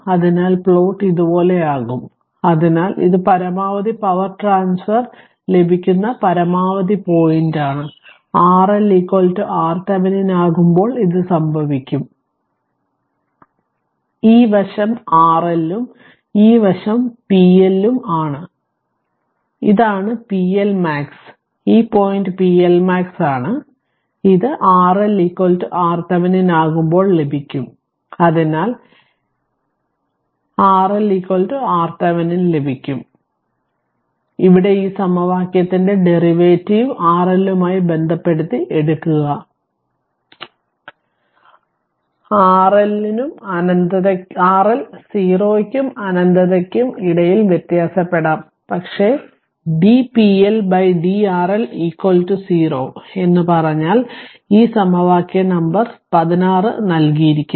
അതിനാൽ പ്ലോട്ട് ഇതുപോലെയാകും അതിനാൽ ഇത് പരമാവധി പവർ ട്രാൻസ്ഫർ ലഭിക്കുന്ന പരമാവധി പോയിന്റാണ് RL RThevenin ആകുമ്പോൾ ഇത് സംഭവിക്കും ഈ വശം RL ഉം ഈ വശം p L ഉം ഇതാണ് pLmax ഈ പോയിന്റ് pLmax ആണ് ഇത് RL RThevenin ആകുമ്പോൾ ലഭിക്കും അതിനാൽ എങ്ങനെ R L RThevenin ലഭിക്കും ഇവിടെ ഈ സമവാക്യത്തിൻറെ ഡെറിവേറ്റീവ് R L മായി ബന്ധപ്പെടുത്തി എടുക്കുക അതിനാൽ RL 0 ക്കും അനന്തതയ്ക്കും ഇടയിൽ വ്യത്യാസപ്പെടാം പക്ഷേ d pL dRL 0 എന്ന് പറഞ്ഞാൽ ഈ സമവാക്യ നമ്പർ 16 നൽകിയിരിക്കുന്നു